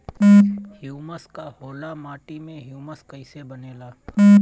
Humus का होला माटी मे ह्यूमस कइसे बनेला?